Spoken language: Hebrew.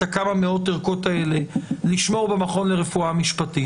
את הערכות האלה במכון לרפואה משפטית.